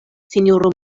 sinjoro